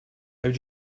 would